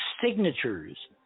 signatures